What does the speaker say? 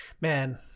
Man